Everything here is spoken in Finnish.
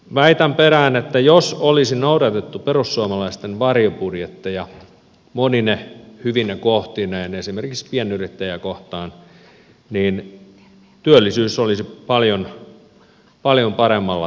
väitän perään että jos olisi noudatettu perussuomalaisten varjobudjetteja monine hyvine kohtineen esimerkiksi pienyrittäjiä kohtaan niin työllisyys olisi paljon paremmalla tolalla